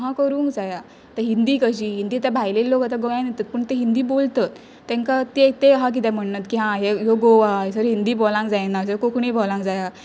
असां करूंक जाया आतां हिंदी कशी हिंदी आतां भायले लोक आतां गोंयान येतात पूण ते हिंदी बोलतत तेंकां ते तें असां कित्याक म्हणनात की ह्यो गोवा हंयसर हिंदी बोलांक जायना हंयसर कोंकणी बोलांक जाया